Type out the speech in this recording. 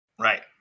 Right